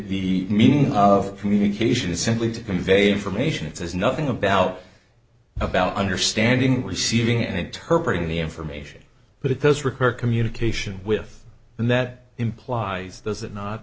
the meaning of communication is simply to convey information it says nothing about about understanding receiving and interpret the information but it does require communication with and that implies does it not